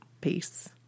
Peace